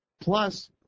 Plus